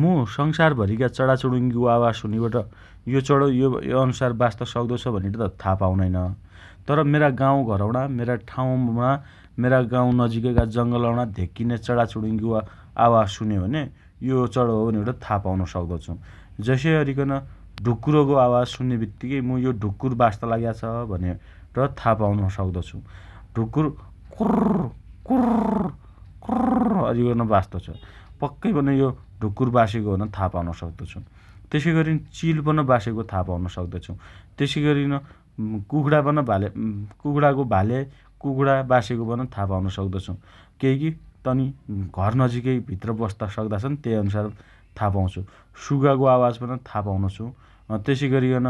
मु संसारभरिका चणाचुणिङ्गीको आवाज सुनिबट यो चणो यो यो अनुसार बास्त सक्तो छ भनीबट था पाउनैनन । तर, मेरा गाउँघरम्णा, मेरा ठाउँमा, मेरा गाउँ नजिकैका जङ्गलम्णा धेक्किने चणाचुणिङ्गीको आवाज सुन्यो भने यो चणो हो भनिबट था पाउन सक्तो छ । जसइ अरि कन ढुक्करको आवाज सुन्ने बित्तीकै मु यो ढुक्कुर बास्त लाग्या भनेर था पाउन सक्तो छु । ढुक्कुर कुर्रर्र कुर्रर्र कुर्रर्र अरिकन बास्तो छ । पक्कैपन यो ढुक्कुर बासेको हो भनिबट था पाउन सक्तो छु तेसइअरिन चिल बासेको था पाउन सक्तो छु । तेसइ गरिन कुखुरापन भाले कुगुणाको भाले कुगुणा बासेको पन था पाउन सक्तो छु । केइकी तनी घर नजिकैभित्र बस्त सक्ता छन् । तेइ अनुसार था पाउँछु। सुगाको आवाज था पाउनो छु । अँ तेसइ अरिकन